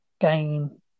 gain